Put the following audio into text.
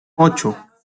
ocho